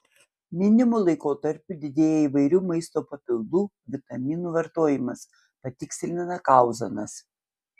minimu laikotarpiu didėja įvairių maisto papildų vitaminų vartojimas patikslina kauzonas